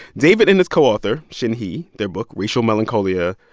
david and his co-author, shinhee, their book racial melancholia,